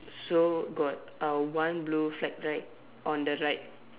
so got uh one blue flag right on the right